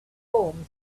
forms